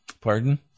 pardon